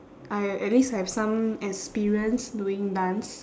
I at least have some experience doing dance